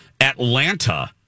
Atlanta